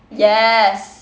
yes